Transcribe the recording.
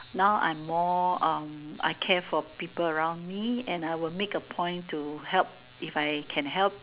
now I'm more um I care for people around me and I will make a point to help if I can help